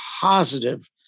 positive